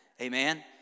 Amen